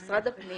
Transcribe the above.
שמשרד הפנים